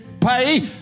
pay